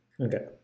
Okay